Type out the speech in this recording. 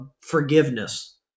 forgiveness